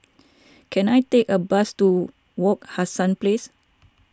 can I take a bus to Wak Hassan Place